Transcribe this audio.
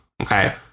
Okay